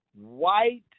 White